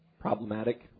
problematic